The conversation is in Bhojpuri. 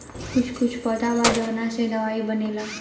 कुछ कुछ पौधा बा जावना से दवाई बनेला